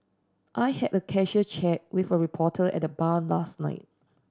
I had a casual chat with a reporter at a bar last night